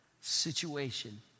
situation